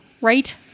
right